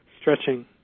stretching